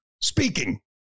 speaking